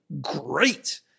great